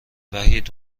وحید